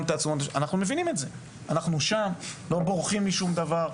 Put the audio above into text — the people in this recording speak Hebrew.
אנחנו מבינים את זה, אנחנו לא בורחים משום דבר,